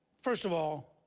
first of all,